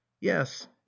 yes